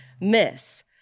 miss